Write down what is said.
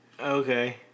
Okay